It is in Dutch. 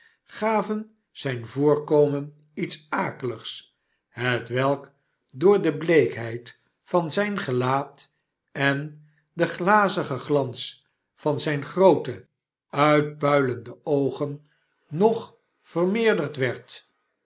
gaven zijn voorkomen iets akeligs hetwelk door de bleekheid van zijn gelaat en den glazigen glans van zijne groote uitpuilende oogen o nog vermeerderd werd